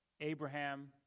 Abraham